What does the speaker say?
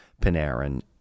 Panarin